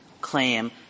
claim